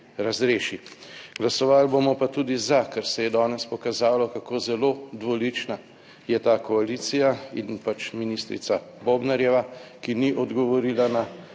razreši. Glasovali bomo pa tudi za, ker se je danes pokazalo kako zelo dvolična je ta koalicija in pač ministrica Bobnarjeva, ki ni **153.